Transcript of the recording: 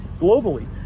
globally